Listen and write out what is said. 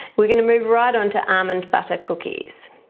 we're gonna move right onto almond butter cookies.